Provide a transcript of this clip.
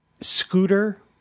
scooter